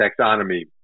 taxonomy